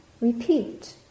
repeat